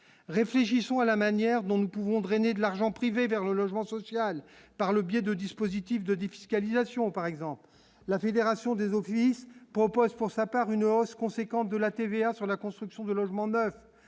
réfléchissons à la manière dont nous pouvons drainer de l'argent privé vers le logement social par le biais de dispositifs de 10 fiscalisation par exemple, la Fédération des eaux propos responsable par une hausse conséquente de la TVA sur la construction de logements neufs,